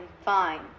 fine